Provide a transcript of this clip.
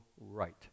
right